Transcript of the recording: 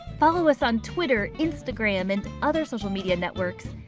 follow us on twitter, instagram, and other social media networks.